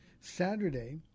Saturday